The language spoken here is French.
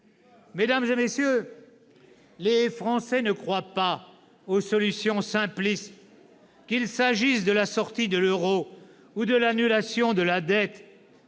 Mesdames, messieurs, les Français ne croient pas aux solutions simplistes, qu'il s'agisse de la sortie de l'euro ou de l'annulation de la dette.